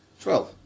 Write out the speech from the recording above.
Twelve